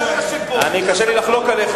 קשה לי לחלוק עליך,